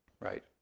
Right